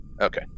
Okay